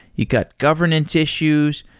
you got governance issues.